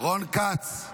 רון כץ,